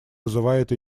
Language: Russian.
вызывает